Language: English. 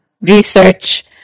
research